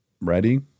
ready